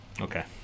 Okay